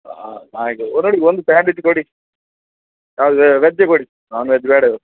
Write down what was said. ಹಾಂ ಹಾಗೆ ಕೊಡಿ ಒಂದು ಸ್ಯಾಂಡ್ವಿಚ್ ಕೊಡಿ ಹಾಂ ವೆಜ್ಜೆ ಕೊಡಿ ನಾನ್ವೆಜ್ ಬೇಡ ಇವತ್ತು